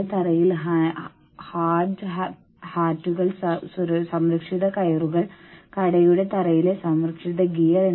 ജീവനക്കാരുടെ ഓഹരി ഉടമസ്ഥാവകാശ പദ്ധതികളിൽ അപകടസാധ്യതയുണ്ട്